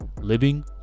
living